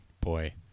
boy